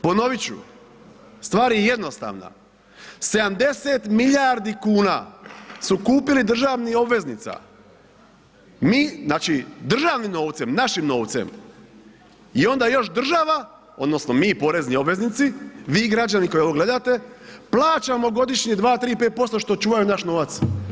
Ponovit ću, stvar je jednostavna 70 milijardi kuna su kupili državnih obveznica, mi državnim novcem, našim novcem i onda još država odnosno mi porezni obveznici, vi građani koji ovo gledate plaćamo godišnje 2, 3, 5% što čuvaju naš novac.